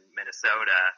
Minnesota